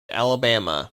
alabama